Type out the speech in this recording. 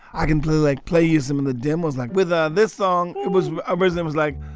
i can play like play you some of the demos, like with ah this song, it was originally was like